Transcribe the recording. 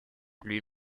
lui